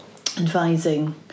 advising